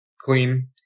clean